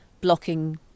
blocking